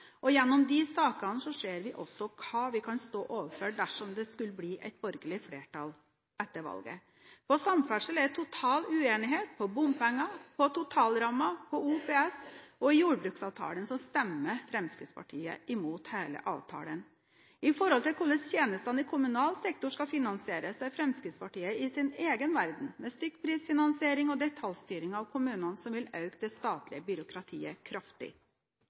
Gjennom disse sakene ser vi også hva vi kan stå overfor dersom det skulle bli et borgerlig flertall etter valget. På samferdselsområdet er det total uenighet om bompenger, om totalrammen og om OPS. Og Fremskrittspartiet stemmer imot hele jordbruksavtalen. Når det gjelder hvordan tjenestene i kommunal sektor skal finansieres, er Fremskrittspartiet i sin egen verden – med stykkprisfinansiering og detaljstyring av kommunene, noe som vil øke det statlige byråkratiet kraftig.